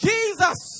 Jesus